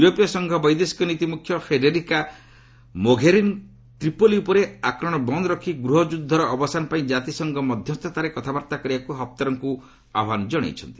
ୟୁରୋପୀୟ ସଂଘ ବୈଦେଶିକ ନୀତି ମୁଖ୍ୟ ଫେଡେରିକା ମୋଘେରିନୀ ତ୍ରିପଲି ଉପରେ ଆକ୍ରମଣ ବନ୍ଦ ରଖି ଗୃହଯୁଦ୍ଧର ଅବସାନ ପାଇଁ ଜାତିସଂଘ ମଧ୍ୟସ୍ଥତାରେ କଥାବାର୍ତ୍ତା କରିବାକୁ ହଫ୍ତରଙ୍କୁ ଆହ୍ୱାନ ଜଣାଇଛନ୍ତି